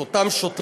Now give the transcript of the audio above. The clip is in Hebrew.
את אותם שוטרים,